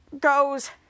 goes